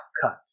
cut